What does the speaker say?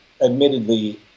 admittedly